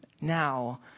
now